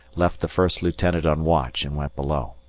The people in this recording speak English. left the first lieutenant on watch and went below.